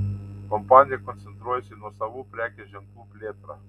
kompanija koncentruojasi į nuosavų prekės ženklų plėtrą